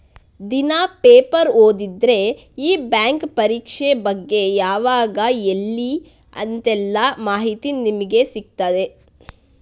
ದಿನಾ ಪೇಪರ್ ಓದಿದ್ರೆ ಈ ಬ್ಯಾಂಕ್ ಪರೀಕ್ಷೆ ಬಗ್ಗೆ ಯಾವಾಗ ಎಲ್ಲಿ ಅಂತೆಲ್ಲ ಮಾಹಿತಿ ನಮ್ಗೆ ಸಿಗ್ತದೆ